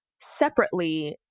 Separately